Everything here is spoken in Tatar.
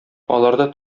аларда